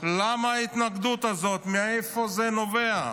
למה ההתנגדות הזאת, מאיפה זה נובע?